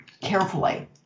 carefully